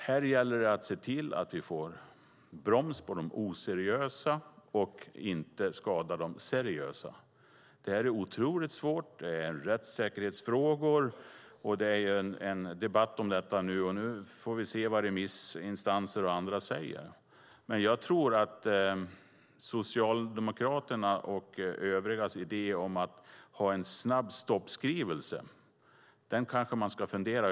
Här gäller det att se till att få broms på de oseriösa och inte skada de seriösa. Det är oerhört svårt. Det rör sig om rättssäkerhetsfrågor. Nu pågår en debatt om räntesnurrorna, och vi får väl se vad remissinstanser och andra säger. Socialdemokraternas och övrigas idé om att ha en snabb stoppskrivelse kanske man ska fundera på.